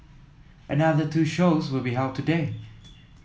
another two shows will be held today